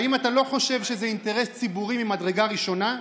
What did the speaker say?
האם אתה לא חושב שזה אינטרס ציבורי ממדרגה ראשונה?